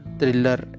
thriller